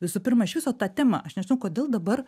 visų pirma iš viso tą temą aš nežinau kodėl dabar